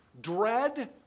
dread